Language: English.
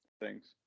Thanks